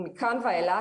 ומכאן ואילך,